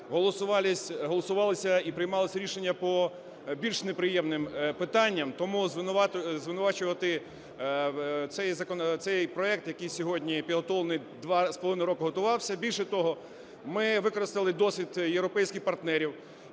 голосувалися і приймалися рішення по більш неприємним питанням. Тому звинувачувати цей проект, який сьогодні підготовлений, два з половиною роки готувався… Більше того, ми використали досвід європейських партнерів